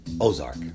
Ozark